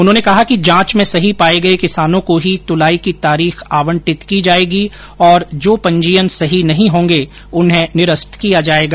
उन्होंने कहा कि जांच में सही पाये गये किसानों को ही तुलाई की तारीख आवंटित की जायेगी एवं जो पंजीयन सही नहीं होंगे उन्हें निरस्त किया जाएगा